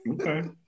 Okay